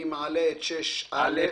אני מעלה את סעיפים 6א ו-8.